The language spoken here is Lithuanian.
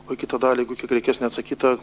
o į kitą dalį jeigu tik reikės neatsakyta